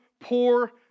poor